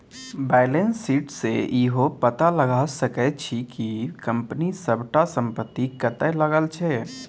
balance sheet सँ इहो पता लगा सकै छी कि कंपनी सबटा संपत्ति कतय लागल छै